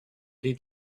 did